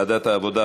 לוועדת העבודה,